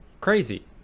crazy